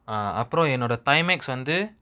ah அப்ரோ என்னோட:apro ennoda tymaks வந்து:vanthu